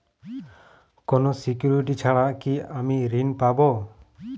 কোনো সিকুরিটি ছাড়া কি আমি ঋণ পাবো?